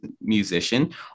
musician